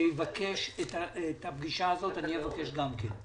שיבקש את הפגישה הזאת, אני אבקש גם כן.